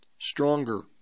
stronger